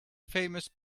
famous